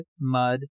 mud